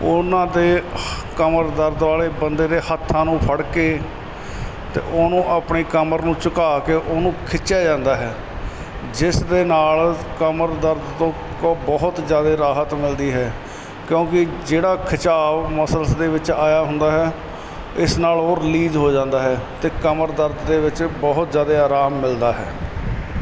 ਉਹਨਾਂ ਦੇ ਕਮਰ ਦਰਦ ਵਾਲੇ ਬੰਦੇ ਦੇ ਹੱਥਾਂ ਨੂੰ ਫੜ ਕੇ ਅਤੇ ਉਹਨੂੰ ਆਪਣੀ ਕਮਰ ਨੂੰ ਝੁਕਾ ਕੇ ਉਹਨੂੰ ਖਿੱਚਿਆ ਜਾਂਦਾ ਹੈ ਜਿਸ ਦੇ ਨਾਲ ਕਮਰ ਦਰਦ ਤੋਂ ਬੋ ਬਹੁਤ ਜ਼ਿਆਦਾ ਰਾਹਤ ਮਿਲਦੀ ਹੈ ਕਿਉਂਕਿ ਜਿਹੜਾ ਖਿਚਾਵ ਮਸਲਸ ਦੇ ਵਿੱਚ ਆਇਆ ਹੁੰਦਾ ਹੈ ਇਸ ਨਾਲ ਉਹ ਰਿਲੀਜ਼ ਹੋ ਜਾਂਦਾ ਹੈ ਅਤੇ ਕਮਰ ਦਰਦ ਦੇ ਵਿੱਚ ਬਹੁਤ ਜ਼ਿਆਦਾ ਆਰਾਮ ਮਿਲਦਾ ਹੈ